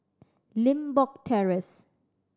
Limbok Terrace